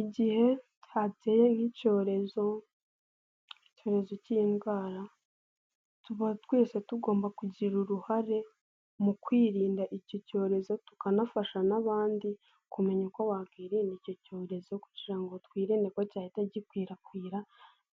Igihe hateye nk'icyorezo, icyorezo k'indwara. Tuba twese tugomba kugira uruhare mu kwirinda icyo cyorezo. Tukanafasha n'abandi kumenya uko wakwirinda icyo cyorezo kugira ngo twirinde ko cyahita gikwirakwira.